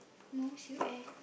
not sure eh